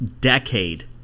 Decade